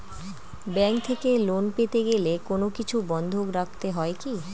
Bank থেকে loan পেতে গেলে কোনো কিছু বন্ধক রাখতে হয় কি?